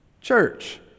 church